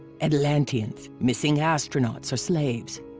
atlanteans, missing astronauts or slaves.